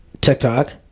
TikTok